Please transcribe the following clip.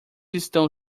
estão